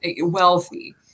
wealthy